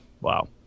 Wow